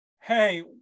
hey